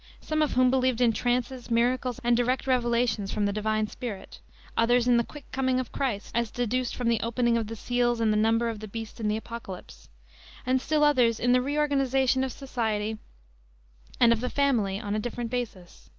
some of whom believed in trances, miracles, and direct revelations from the divine spirit others in the quick coming of christ, as deduced from the opening of the seals and the number of the beast in the apocalypse and still others in the reorganization of society and of the family on a different basis.